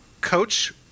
Coach